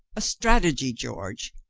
a strategy, george!